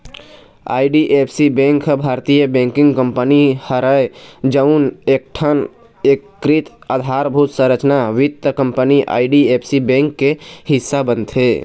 IDFC bank ह भारतीय banking company हरय जउन एकठन एकीकृत अधारभूत संरचना वित्त कंपनी आई.डी.एफ.सी बेंक के हिस्सा बनथे